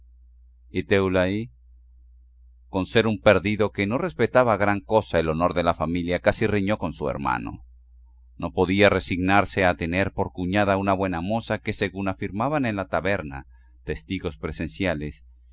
y teulaí con ser un perdido que no respetaba gran cosa el honor de la familia casi riñó con su hermano no podía resignarse a tener por cuñada una buena moza que según afirmaban en la taberna testigos presenciales